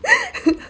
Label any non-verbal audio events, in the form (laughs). (laughs)